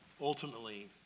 ultimately